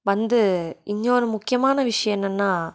வந்து இன்னொரு முக்கியமான விஷயம் என்னென்னா